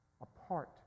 apart